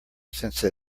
since